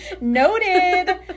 Noted